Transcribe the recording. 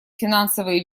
финансовые